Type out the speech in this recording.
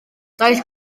daeth